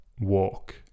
walk